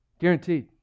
Guaranteed